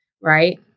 right